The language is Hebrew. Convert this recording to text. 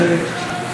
גברתי היושבת-ראש,